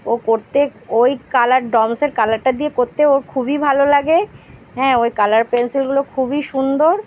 ও করতে ওই কালার ডমসের কালারটা দিয়ে করতে ওর খুবই ভালো লাগে হ্যাঁ ওই কালার পেনসিলগুলো খুবই সুন্দর